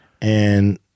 And-